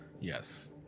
Yes